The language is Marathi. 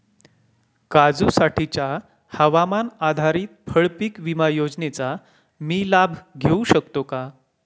काजूसाठीच्या हवामान आधारित फळपीक विमा योजनेचा मी लाभ घेऊ शकतो का?